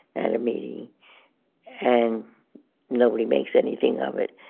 at a meeting and nobody makes anything of it.